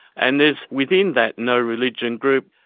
and there's within that no-religion group,